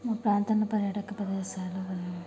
మా ప్రాంతంలో పర్యాటక ప్రదేశాలు ఉన్నాయి